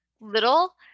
little